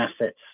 assets